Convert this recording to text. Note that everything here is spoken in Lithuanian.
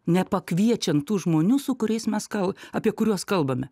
nepakviečiant tų žmonių su kuriais mes kal apie kuriuos kalbame